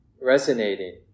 resonating